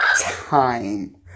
time